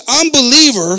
unbeliever